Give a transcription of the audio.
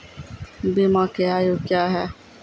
बीमा के आयु क्या हैं?